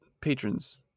patrons